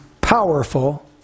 powerful